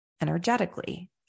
energetically